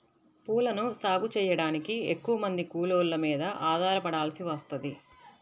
పూలను సాగు చెయ్యడానికి ఎక్కువమంది కూలోళ్ళ మీద ఆధారపడాల్సి వత్తది